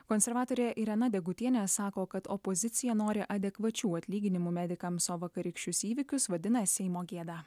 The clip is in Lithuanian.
konservatorė irena degutienė sako kad opozicija nori adekvačių atlyginimų medikams o vakarykščius įvykius vadina seimo gėda